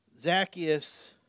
Zacchaeus